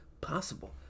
possible